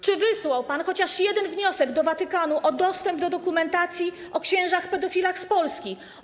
Czy wysłał pan chociaż jeden wniosek do Watykanu o dostęp do dokumentacji o księżach pedofilach z Polski?